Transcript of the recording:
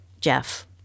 Jeff